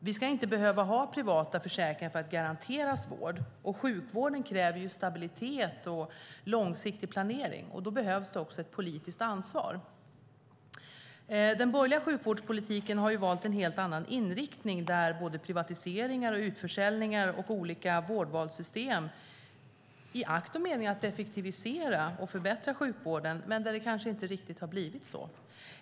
Vi ska inte behöva ha privata försäkringar för att garanteras vård, och sjukvården kräver stabilitet och långsiktig planering. Då behövs det också ett politiskt ansvar. Inom den borgerliga sjukvårdspolitiken har man valt en helt annan inriktning, med privatiseringar, utförsäljningar och olika vårdvalssystem, i akt och mening att effektivisera och förbättra sjukvården. Men det har kanske inte riktigt blivit så.